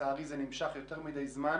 לצערי זה נמשך יותר מדיי זמן